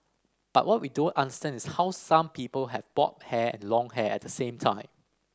but what we don't understand is how some people have bob hair and long hair at the same time